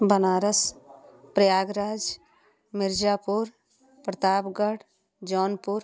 Banaras Prayagraj Mirzapur Pratapgarh Jaunpur